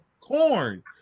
Corn